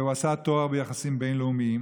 עשה תואר ביחסים בין-לאומיים,